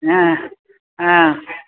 ह ह